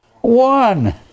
One